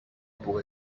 pour